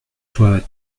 toi